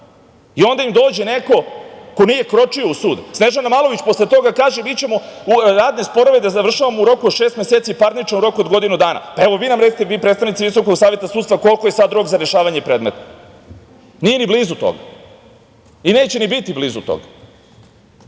i onda im dođe neko, ko nije kročio u sud, Snežana Malović posle toga kaže mi ćemo u radne sporove da završavamo u roku od šest meseci, parnično u roku od godinu dana. Pa, evo, vi nam recite, vi predstavnici Visokog saveta sudstva koliki je rok za rešavanje predmeta, nije ni blizu toga, i neće ni biti blizu